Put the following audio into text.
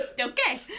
Okay